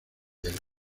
del